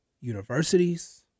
universities